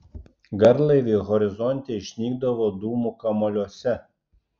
garlaiviai horizonte išnykdavo dūmų kamuoliuose